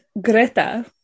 Greta